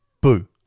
boo